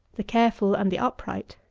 the careful, and the upright.